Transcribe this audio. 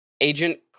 Agent